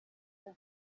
kina